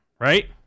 right